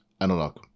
analog